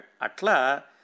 atla